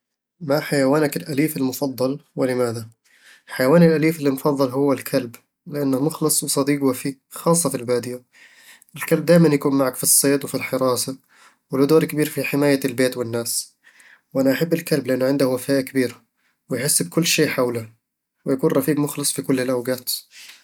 ما حيوانك الأليف المفضل، ولماذا؟ حيواني الأليف المفضل هو الكلب، لأنه مخلص وصديق وفي، خاصة في البادية الكلب دايمًا يكون معاك في الصيد، وفي الحراسة، وله دور كبير في حماية البيت والناس وأنا أحب الكلب لأنه عنده وفاء كبير، ويحس بكل شيء حوله، ويكون رفيق مخلص في كل الأوقات